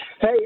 Hey